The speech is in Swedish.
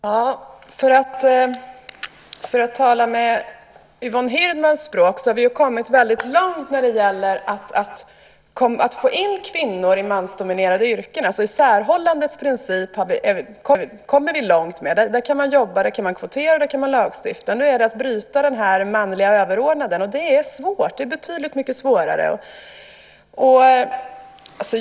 Herr talman! För att tala med Yvonne Hirdmans ord har vi kommit väldigt långt med att få in kvinnor i mansdominerade yrken. Vi kommer långt med att jobba mot isärhållandets princip. Där kan man jobba, kvotera och lagstifta. Nu gäller det att bryta den manliga överordnandet. Det är betydligt mycket svårare.